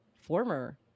former